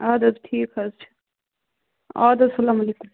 آدٕ حظ ٹھیٖک حظ چھُ آدٕ حظ السلام علیکُم